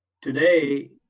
today